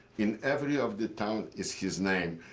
in every of the town is his name,